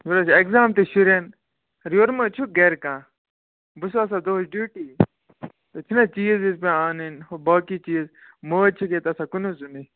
وۄنۍ حظ چھِ ایٚکزام تہِ شُرٮ۪ن یورٕ مَہ چھُک گَرِ کانٛہہ بہٕ چھُس آسن دۄہس ڈیوٹی تَتہِ چھِنَہ حظ چیٖز ویٖز پیٚوان اَنٕنۍ ہُہ باقٕے چیٖز مٲج چھَک ییٚتہِ آسان کُنٕے زوٚنٕے